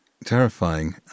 terrifying